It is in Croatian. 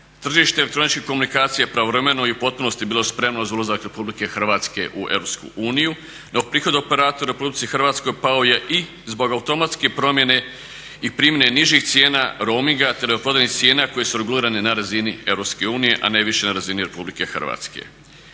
Tržište elektroničkih komunikacija je pravovremeno i u potpunosti bilo spremno za ulazak RH u EU, no prihod operatora u RH pao je i zbog automatske promjene i primjene nižih cijena roaminga te cijena koje su regulirane na razini EU a ne više na razini RH. Činjenica je